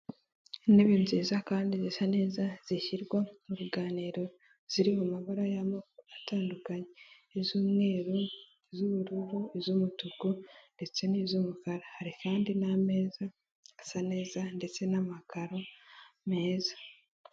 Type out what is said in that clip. Intebe nziza kandi zisa neza zishyirwa mu ruganiro ziri mu mabara y'amoko atandukanye iz'umweru, iz'ubururu iz'umutuku ndetse n'iz'umukara. Hari kandi n'amezaza asa neza ndetse n'amakaro meza.